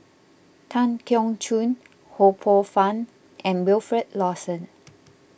Tan Keong Choon Ho Poh Fun and Wilfed Lawson